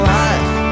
life